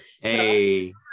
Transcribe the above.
Hey